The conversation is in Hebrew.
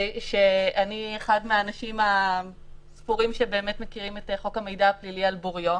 ואני אחד האנשים הספורים שבאמת מכירים את חוק המידע הפלילי על בוריו,